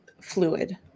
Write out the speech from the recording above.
fluid